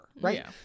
Right